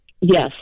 Yes